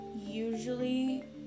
usually